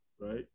right